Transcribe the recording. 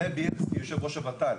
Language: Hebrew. זאב בילסקי יושב ראש הוות"ל.